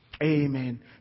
amen